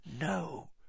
No